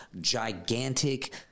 gigantic